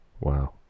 Wow